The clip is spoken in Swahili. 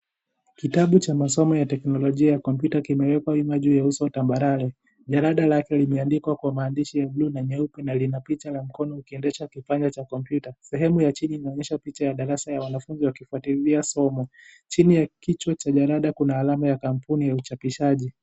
Kitabu cha masomo ya teknolojia ya komyuta kimewekwa wima juu ya uso tambarare, jalada lake limeandikwa kwa kwa maandishi ya buluu na nyeupe na lina picha la mkono likiendesha kipanya cha komyuta , sehemu ya chini inaonyesha pich ya darasa ya wanafunzi wakifuatilia somo, chini ya kichwa cha jalaja kuna alama ya kampuni ya uchapishaji.